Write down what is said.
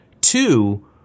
Two